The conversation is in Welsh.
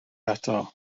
eto